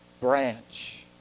branch